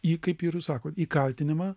jį kaip ir jūs sakote į kaltinimą